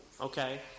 okay